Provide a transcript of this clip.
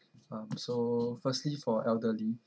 um so firstly for elderly